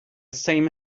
same